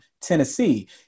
Tennessee